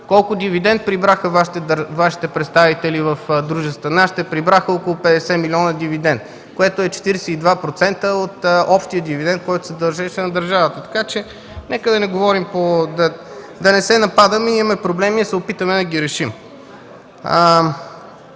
Колко дивидент прибраха Вашите представители в дружествата? Нашите прибраха около 50 милиона дивидент, което е 42% от общия дивидент, който се дължеше на държавата. Нека да не говорим, да не се нападаме. Имаме проблеми и нека да се опитаме да ги решим.